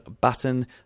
button